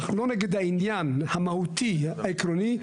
אנחנו לא נגד העניין המהותי העקרוני,